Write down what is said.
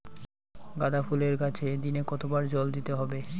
গাদা ফুলের গাছে দিনে কতবার জল দিতে হবে?